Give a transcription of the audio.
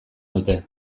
dute